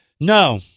No